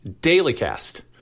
dailycast